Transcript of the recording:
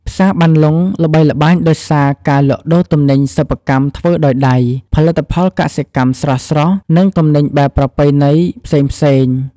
ផ្សារបានលុងល្បីល្បាញដោយសារការលក់ដូរទំនិញសិប្បកម្មធ្វើដោយដៃ ផលិតផលកសិកម្មស្រស់ៗ និងទំនិញបែបប្រពៃណីផ្សេងៗ។